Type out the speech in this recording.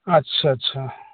अच्छा अच्छा